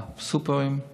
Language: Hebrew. בסופרים,